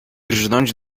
rżnąć